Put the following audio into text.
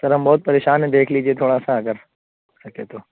سر ہم بہت پریشان ہیں دیکھ لیجیے تھوڑا سا اگر ہو سکے تو